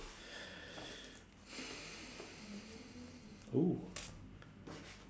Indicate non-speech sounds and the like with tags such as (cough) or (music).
(breath) !woo!